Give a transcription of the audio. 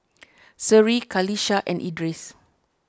Seri Qalisha and Idris